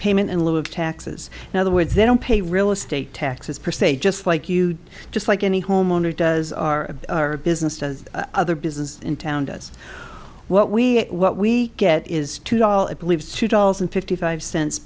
payment in lieu of taxes now the words they don't pay real estate taxes per state just like you just like any homeowner does our business does other business in town does what we what we get is to all it believes two dollars and fifty five cents